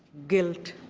guilt,